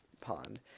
pond